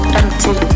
empty